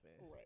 Right